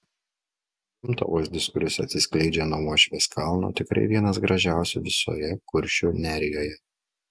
gamtovaizdis kuris atsiskleidžia nuo uošvės kalno tikrai vienas gražiausių visoje kuršių nerijoje